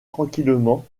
tranquillement